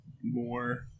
more